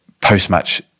post-match